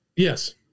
Yes